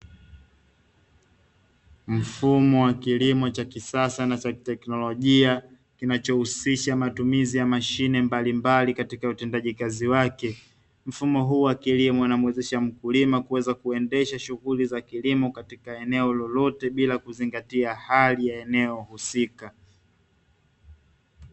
Mfumo wa kilimo cha kisasa na cha kiteknolojia, kinachohusisha matumizi ya mashine mbalimbali katika utendaji kazi wake. Mfumo huu wa kilimo unamuwezesha mkulima kuweza kuendesha shughuli za kilimo katika eneo lolote bila kuzingatia hali ya eneo husika.